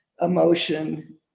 emotion